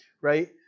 right